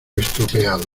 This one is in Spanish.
estropeado